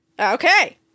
Okay